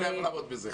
אני לא יכול לעמוד בזה.